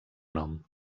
nom